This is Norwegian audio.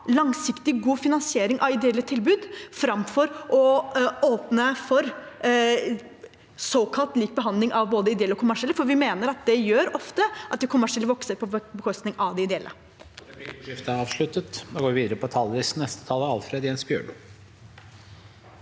lang siktig, god finansiering av ideelle tilbud framfor å åpne for såkalt lik behandling av både ideelle og kommersielle, for vi mener at det ofte gjør at de kommersielle vokser på bekostning av de ideelle.